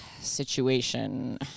situation